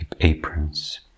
aprons